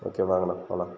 okay வாங்கண்ணா போகலாம்